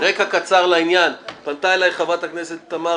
רקע קצר לעניין: פנתה אלי חברת הכנסת תמר